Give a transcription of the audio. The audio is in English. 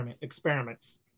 experiments